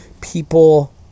people